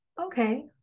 Okay